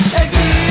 again